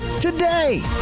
today